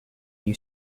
new